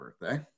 birthday